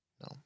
No